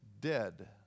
dead